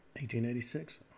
1886